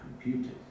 computers